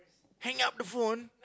hang up the phone